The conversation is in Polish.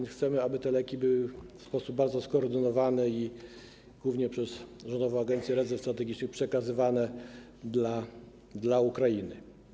Chcemy, aby te leki były w sposób bardzo skoordynowany i głównie przez Rządową Agencję Rezerw Strategicznych przekazywane dla Ukrainy.